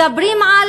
מדברים על